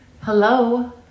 hello